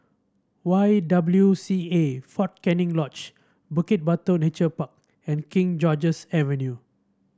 Y W C A Fort Canning Lodge Bukit Batok Nature Park and King George's Avenue